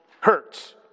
hurts